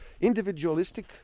individualistic